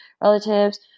relatives